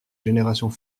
générations